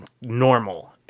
normal